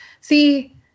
see